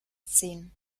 ziehen